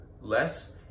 less